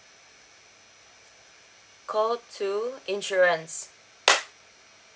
call two insurance